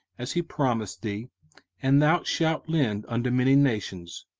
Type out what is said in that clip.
as he promised thee and thou shalt lend unto many nations,